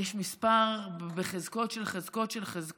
יש מספר בחזקות של חזקות של חזקות,